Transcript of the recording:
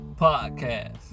podcast